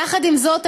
יחד עם זאת,